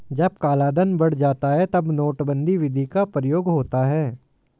जब कालाधन बढ़ जाता है तब नोटबंदी विधि का प्रयोग होता है